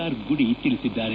R Gudi ತಿಳಿಸಿದ್ದಾರೆ